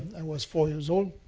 i was four years old.